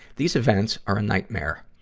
these events are a nightmare.